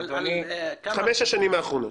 חמש השנים האחרונות.